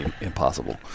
impossible